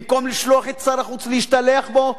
במקום לשלוח את שר החוץ להשתלח בו,